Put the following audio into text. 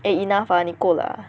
eh enough ah 你够了